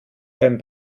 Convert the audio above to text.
beim